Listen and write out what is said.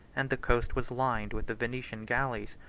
and the coast was lined with the venetian galleys,